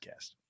Podcast